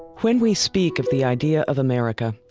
when we speak of the idea of america,